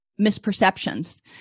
misperceptions